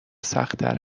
سختتر